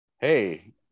hey